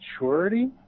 maturity